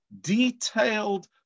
detailed